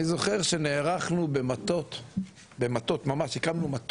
סגן שרת